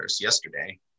yesterday